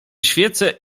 świecę